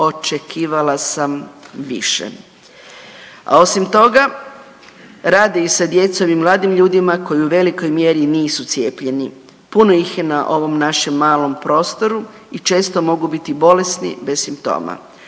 očekivala sam više. A osim toga rade i sa djecom i mladim ljudima koji u velikoj mjeri nisu cijepljeni, puno ih je na ovom našem malom prostoru i često mogu biti bolesni bez simptoma.